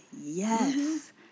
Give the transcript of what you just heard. yes